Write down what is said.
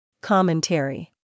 Commentary